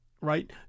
right